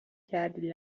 کردی